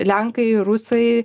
lenkai rusai